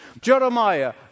Jeremiah